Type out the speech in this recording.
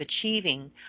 achieving